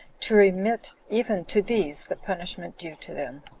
to remit even to these the punishment due to them.